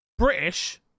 British